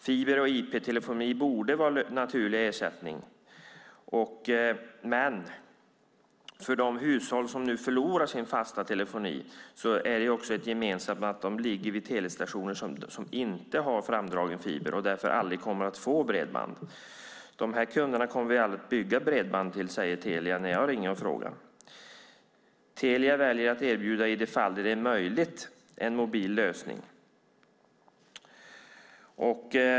Fiber och IP-telefoni borde vara naturlig ersättning, men för de hushåll som nu förlorar sin fasta telefoni är det gemensamt att de ligger vid telestationer som inte har framdragen fiber och därför aldrig kommer att få bredband. De här kunderna kommer vi aldrig att bygga bredband till, säger Telia när jag ringer och frågar. Telia väljer att erbjuda i de fall det är möjligt en mobil lösning.